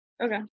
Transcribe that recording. Okay